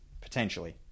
potentially